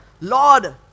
Lord